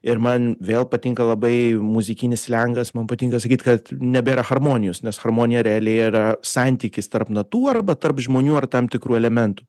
ir man vėl patinka labai muzikinis slengas man patinka sakyt kad nebėra harmonijos nes harmonija realiai yra santykis tarp natų arba tarp žmonių ar tam tikrų elementų